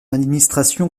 administration